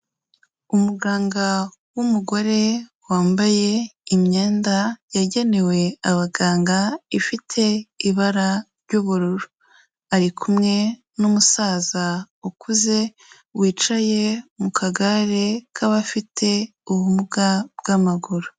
Umuganga w'umugore wambaye imyenda yagenewe abaganga ifite ibara ry'ubururu, ari kumwe n'umusaza ukuze wicaye mu kagare k'abafite ubumuga bw'amaguru.